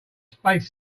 space